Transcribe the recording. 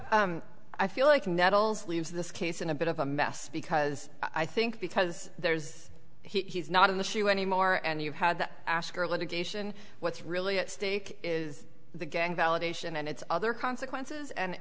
so i feel like nettles leaves this case in a bit of a mess because i think because there is he's not in the shoe anymore and you had to ask her litigation what's really at stake is the gang validation and its other consequences and